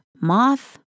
moth